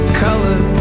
color